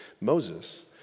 Moses